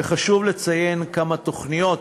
וחשוב לציין כמה תוכניות